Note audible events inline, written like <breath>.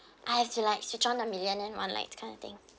<breath> I have to like switch on a million and one lights kind of thing